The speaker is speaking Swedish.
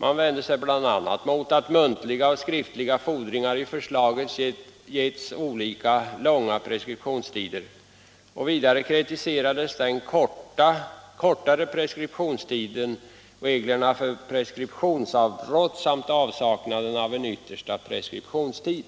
Man vände sig bl.a. mot att muntliga och skriftliga fordringar i förslaget getts olika långa preskriptionstider. Vidare kritiserades den kortare preskriptionstiden, reglerna för preskriptionsavbrott samt avsaknaden av en yttersta preskriptionstid.